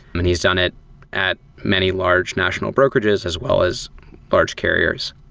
mean, he's done it at many large national brokerages as well as large carriers.